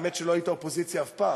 האמת היא שלא היית אופוזיציה אף פעם.